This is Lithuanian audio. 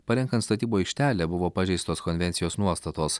parenkant statybų aikštelę buvo pažeistos konvencijos nuostatos